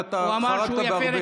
ואתה חרגת בהרבה.